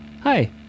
hi